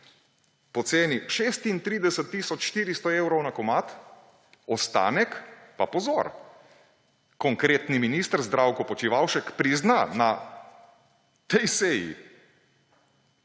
po ceni 36 tisoč 400 evrov na komad, ostanek pa, pozor, konkretni minister Zdravko Počivalšek prizna na tej seji,